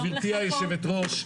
גברתי היושבת-ראש,